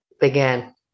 began